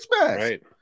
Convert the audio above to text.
right